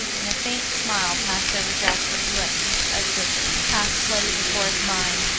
and a faint smile passed over jasper's lips as the past flitted before his mind.